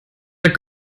der